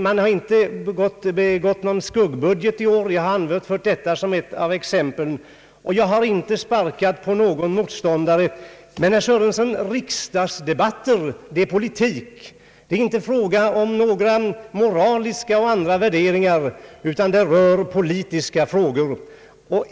Man har inte gjort någon skuggbudget i år, vilket jag anfört som ett exempel, men jag har inte sparkat på en motståndare. Riksdagsdebatter är politik, herr Sörenson. Här är det inte fråga om moraliska och andra värderingar, utan diskussionerna rör politiska frågor.